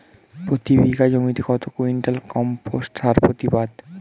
প্রতি বিঘা জমিতে কত কুইন্টাল কম্পোস্ট সার প্রতিবাদ?